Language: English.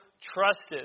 trusted